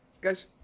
guys